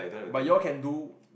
but you all can do